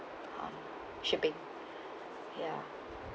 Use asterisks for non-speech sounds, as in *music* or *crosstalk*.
uh shipping *breath* yeah